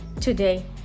today